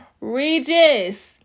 Regis